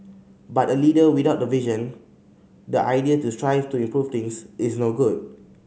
but a leader without the vision the idea to strive to improve things is no good